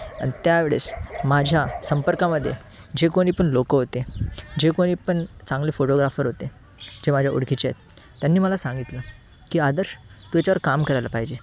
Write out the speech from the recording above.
आणि त्या वेळेस माझ्या संपर्कामध्ये जे कोणी पण लोकं होते जे कोणी पण चांगले फोटोग्राफर होते जे माझ्या ओळखीचे आहेत त्यांनी मला सांगितलं की आदर्श तू येच्यावर काम करायला पाहिजे